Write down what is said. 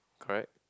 correct